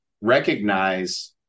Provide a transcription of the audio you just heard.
recognize